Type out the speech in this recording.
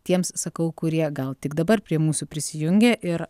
tiems sakau kurie gal tik dabar prie mūsų prisijungė ir